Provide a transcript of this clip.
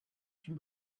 suis